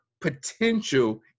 potential